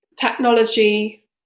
technology